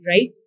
right